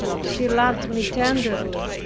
she loved me tenderly,